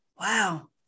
Wow